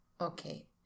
Okay